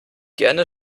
gerne